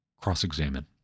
cross-examine